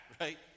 right